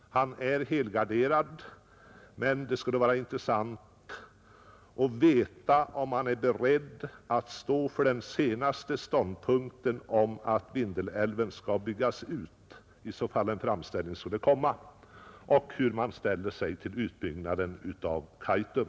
Han är på så sätt helgarderad. Det skulle vara intressant att veta om han är beredd att vidhålla den senaste ståndpunkten, att Vindelälven skall byggas ut, om en framställning därom skulle komma och hur han ställer sig till utbyggnaden av Kaitum.